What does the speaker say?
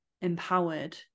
empowered